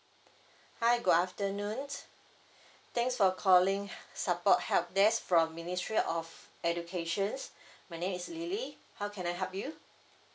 hi good afternoon thanks for calling support help desk from ministry of education my name is lily how can I help you